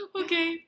okay